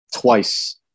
twice